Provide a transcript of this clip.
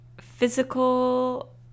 physical